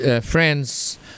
friends